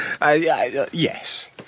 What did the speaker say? Yes